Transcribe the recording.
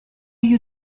you